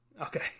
okay